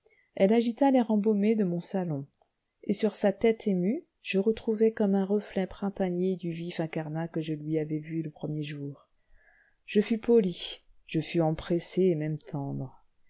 elle agita l'air embaumé de mon salon et sur sa tête émue je retrouvai comme un reflet printanier du vif incarnat que je lui avais vu le premier jour je fus poli je fus empressé et même tendre